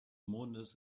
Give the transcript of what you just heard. mondes